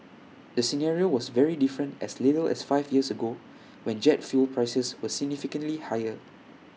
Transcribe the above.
the scenario was very different as little as five years ago when jet fuel prices were significantly higher